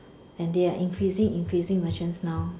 and they are increasing increasing merchants now